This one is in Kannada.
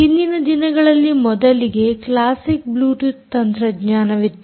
ಹಿಂದಿನ ದಿನಗಳಲ್ಲಿ ಮೊದಲಿಗೆ ಕ್ಲಾಸಿಕ್ ಬ್ಲೂಟೂತ್ ತ್ರಂತ್ರಜ್ಞಾನವಿತ್ತು